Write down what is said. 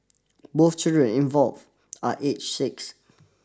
both children involved are age six